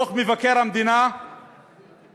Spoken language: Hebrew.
דוח מבקר המדינה אמר,